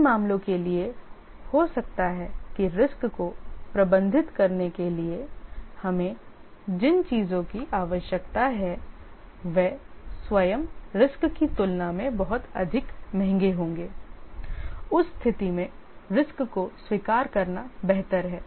इन मामलों के लिए हो सकता है कि रिस्क को प्रबंधित करने के लिए हमें जिन चीजों की आवश्यकता है वे स्वयं रिस्क की तुलना में बहुत अधिक महंगे होंगे उस स्थिति में रिस्क को स्वीकार करना बेहतर है